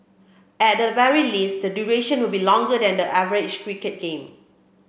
at the very least the duration will be longer than the average cricket game